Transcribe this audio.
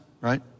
right